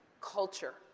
culture